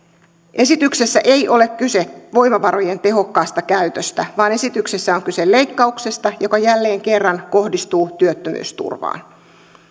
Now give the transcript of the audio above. esityksessä ei ole kyse voimavarojen tehokkaasta käytöstä vaan esityksessä on kyse leikkauksesta joka jälleen kerran kohdistuu työttömyysturvaan